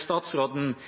Statsråden